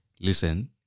listen